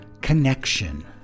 connection